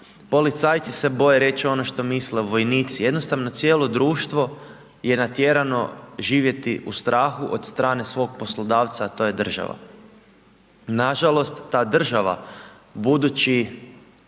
policajci se boje reći ono što misle, vojnici, jednostavno cijelo društvo je natjerano živjeti u strahu od strane svog poslodavca, a to je država. Nažalost ta država budući